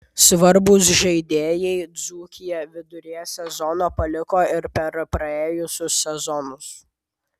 svarbūs žaidėjai dzūkiją viduryje sezono paliko ir per praėjusius sezonus